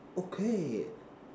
okay